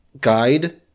guide